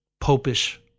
Popish